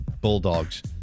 Bulldogs